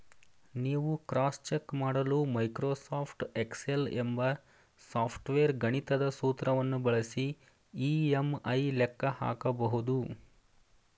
ನೀವು cross check ಮಾಡಲು Microsoft Excel ಎಂಬ ಸಾಫ್ಟ್ವೇರ್ ಗಣಿತದ ಸೂತ್ರವನ್ನು ಬಳಸಿ ಇ.ಎಂ.ಐ ಲೆಕ್ಕ ಹಾಕಬಹುದು